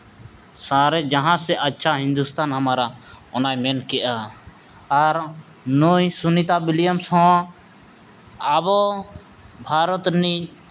ᱥᱟᱨᱮ ᱡᱟᱦᱟᱸ ᱥᱮ ᱟᱪᱪᱷᱟ ᱦᱤᱱᱫᱩᱥᱛᱷᱟᱱ ᱦᱟᱢᱟᱨᱟ ᱚᱱᱟᱭ ᱢᱮᱱ ᱠᱮᱜᱼᱟ ᱟᱨ ᱱᱩᱭ ᱥᱩᱱᱤᱛᱟ ᱵᱤᱞᱤᱭᱟᱢᱥ ᱦᱚᱸ ᱟᱵᱚ ᱵᱷᱟᱨᱚᱛ ᱨᱮᱱᱤᱡ